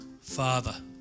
Father